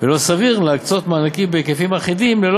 ולא סביר להקצות מענקים בהיקפים אחידים ללא